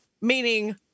meaning